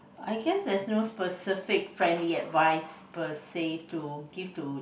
I guess there's no specific friendly advise per say to give to